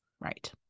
Right